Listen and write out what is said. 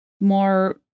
more